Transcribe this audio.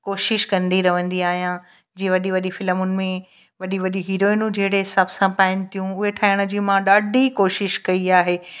कोशिश कंदी रहंदी आयां जीअं वॾी वॾी फिल्मुनि में वॾी वॾी हीरोइनूं जहिड़े हिसाब सां पाइनि थियूं उहे ठाहिण जी मां ॾाढी कोशिश कई आहे